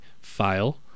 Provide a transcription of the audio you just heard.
file